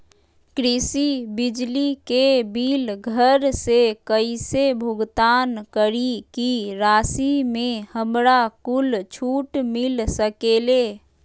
कृषि बिजली के बिल घर से कईसे भुगतान करी की राशि मे हमरा कुछ छूट मिल सकेले?